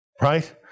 Right